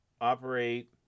operate